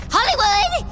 Hollywood